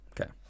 Okay